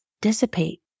dissipate